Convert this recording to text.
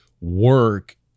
work